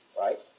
right